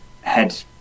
Head